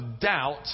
doubt